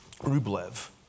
Rublev